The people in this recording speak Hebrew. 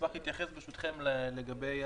אשמח להתייחס ברשותכם, לגבי